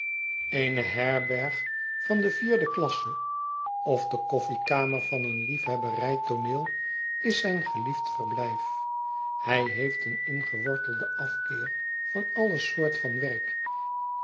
eene herberg van de vierde klasse of de koffiekarner van een liefhebberij tooneel is zijn geliefd verblijf hij heeft een ingewortelden afkeer van alle soort van werk